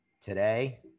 Today